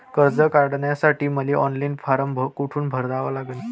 कर्ज काढासाठी मले ऑनलाईन फारम कोठून भरावा लागन?